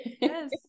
Yes